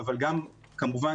מצליח.